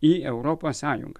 į europos sąjungą